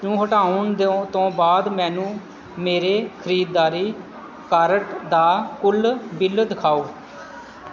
ਨੂੰ ਹਟਾਉਣ ਦਿਓ ਤੋਂ ਬਾਅਦ ਮੈਨੂੰ ਮੇਰੇ ਖਰੀਦਦਾਰੀ ਕਾਰਟ ਦਾ ਕੁੱਲ ਬਿੱਲ ਦਿਖਾਓ